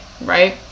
Right